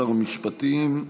ישיב שר המשפטים,